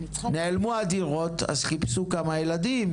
נעלמו הדירות אז חיפשו כמה ילדים,